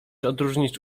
odróżnić